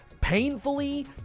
painfully